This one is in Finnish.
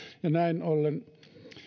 näin ollen